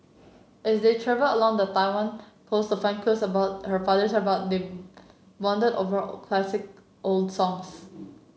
as they travel along the Taiwan coast to find clues about her father's about they bond over classic old songs